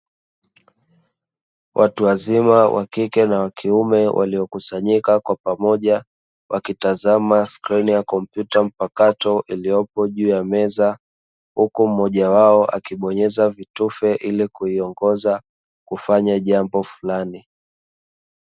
Watu wazima wakike na wakiume waliokusanyika pamoja, wakitazama skrini ya kompyuta mpakato iliyopo juu ya meza huku mmoja wao akibonyeza vitufu ili kuweza kufanya jambo fulani.